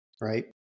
Right